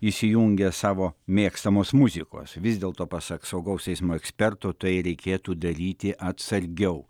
įsijungia savo mėgstamos muzikos vis dėlto pasak saugaus eismo ekspertų tai reikėtų daryti atsargiau